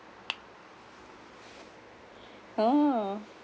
!huh!